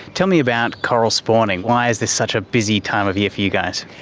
tell me about coral spawning. why is this such a busy time of year for you guys?